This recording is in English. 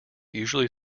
usually